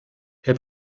herr